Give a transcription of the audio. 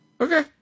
Okay